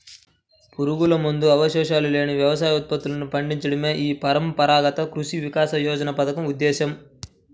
పురుగుమందు అవశేషాలు లేని వ్యవసాయ ఉత్పత్తులను పండించడమే ఈ పరంపరాగత కృషి వికాస యోజన పథకం ఉద్దేశ్యం